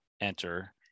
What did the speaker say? enter